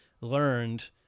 learned